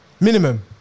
Minimum